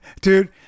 Dude